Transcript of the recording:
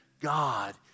God